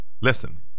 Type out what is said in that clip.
listen